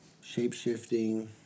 shape-shifting